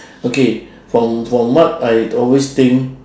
okay from from what I always think